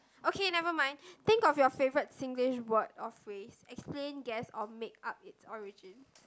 okay never mind think of your favourite Singlish word or phrase explain guess or make up its origin